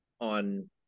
on